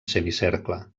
semicercle